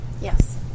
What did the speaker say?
Yes